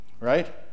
right